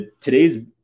today's